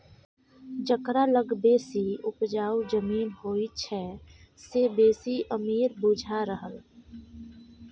जकरा लग बेसी उपजाउ जमीन होइ छै से बेसी अमीर बुझा रहल